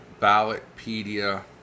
Ballotpedia